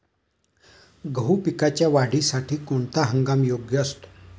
गहू पिकाच्या वाढीसाठी कोणता हंगाम योग्य असतो?